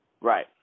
Right